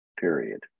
period